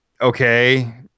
Okay